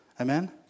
Amen